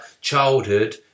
childhood